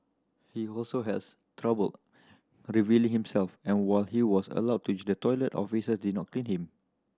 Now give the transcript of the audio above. he also has trouble relieving himself and while he was allowed to use the toilet officer did not clean him